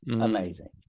Amazing